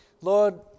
Lord